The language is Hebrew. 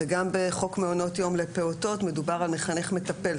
גם בחוק מעונות יום לפעוטות מדובר על מחנך-מטפל.